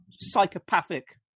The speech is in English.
psychopathic